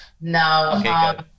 No